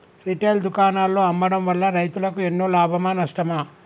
Retail దుకాణాల్లో అమ్మడం వల్ల రైతులకు ఎన్నో లాభమా నష్టమా?